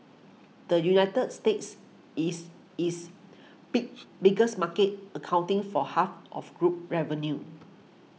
the United States is its big biggest market accounting for half of group revenue